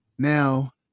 Now